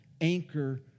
anchor